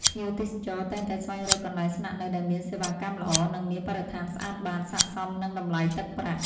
ភ្ញៀវទេសចរតែងតែស្វែងរកកន្លែងស្នាក់នៅដែលមានសេវាកម្មល្អ និងមានបរិស្ថានស្អាតបាតសក្តិសមនឹងតម្លៃទឹកប្រាក់។